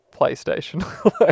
PlayStation